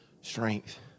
strength